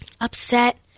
upset